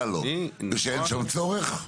ושאין שם צורך?